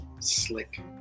slick